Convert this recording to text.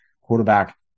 Quarterback